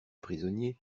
prisonniers